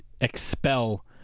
expel